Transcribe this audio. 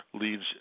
leads